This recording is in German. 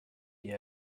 die